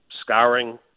scouring